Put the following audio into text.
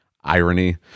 irony